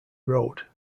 road